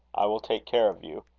i will take care of you.